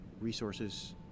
resources